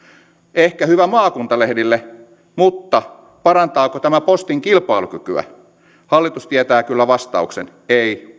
ehkä hyvä maakuntalehdille mutta parantaako tämä postin kilpailukykyä hallitus tietää kyllä vastauksen ei